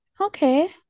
Okay